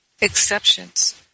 exceptions